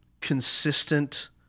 consistent